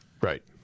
Right